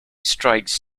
strikes